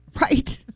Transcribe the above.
Right